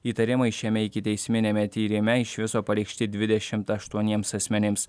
įtarimai šiame ikiteisminiame tyrime iš viso pareikšti dvidešimt aštuoniems asmenims